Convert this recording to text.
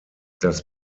das